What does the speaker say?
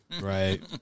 Right